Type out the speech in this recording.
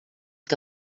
que